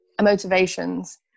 motivations